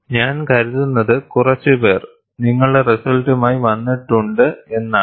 ഞാൻ കരുതുന്നത് കുറച്ച് പേർ നിങ്ങളുടെ റിസൾട്ടുമായി വന്നിട്ടുണ്ട് എന്നാണ്